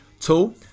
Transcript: Tool